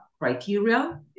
criteria